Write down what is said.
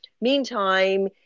Meantime